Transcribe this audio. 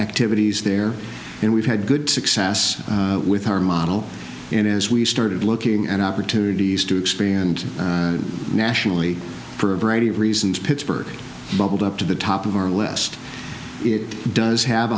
activities there and we've had good success yes with our model and as we started looking at opportunities to expand nationally for a variety of reasons pittsburgh bubbled up to the top of our west it does have